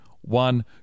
one